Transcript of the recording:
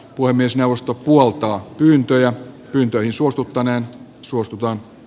puhemiesneuvosto puoltaa pyyntöjä pyyntöihin suostutaan hän suostu tuo